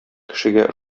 кешегә